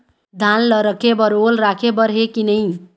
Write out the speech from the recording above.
धान ला रखे बर ओल राखे बर हे कि नई?